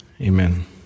Amen